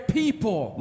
people